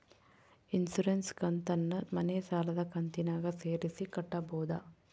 Insurance ಕಂತನ್ನ ಮನೆ ಸಾಲದ ಕಂತಿನಾಗ ಸೇರಿಸಿ ಕಟ್ಟಬೋದ?